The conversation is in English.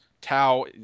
Tau